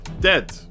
dead